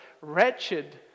wretched